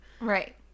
Right